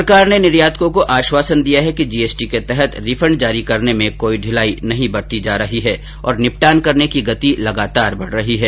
सरकार ने निर्यातकों को आश्वासन दिया है कि जीएसटी के तहत रिफंड जारी करने में कोई ढिलाई नहीं बरती जा रही है और निपटान करने की गति लगातार बढ़ रही है